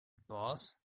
boss